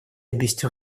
объясню